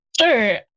Sure